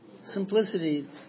Simplicity